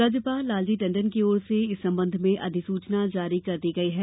राज्यपाल लालजी टंडन की ओर से इस संबंध में अधिसूचना जारी कर दी गई है